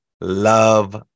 love